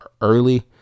early